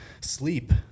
Sleep